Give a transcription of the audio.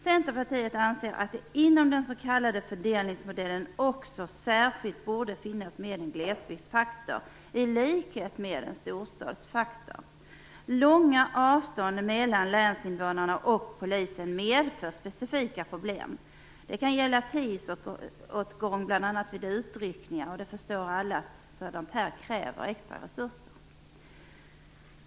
Centerpartiet anser att det inom den s.k. fördelningsmodellen också borde finnas en särskild glesbygdsfaktor - precis som det finns en storstadsfaktor. Långa avstånd mellan länsinvånarna och polisen medför specifika problem. Det kan gälla tidsåtgång, bl.a. vid utryckningar. Alla förstår att sådant kräver extra resurser.